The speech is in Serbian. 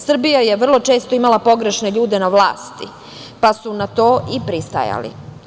Srbija je vrlo često imali pogrešne ljude na vlasti, pa su na to i pristajali.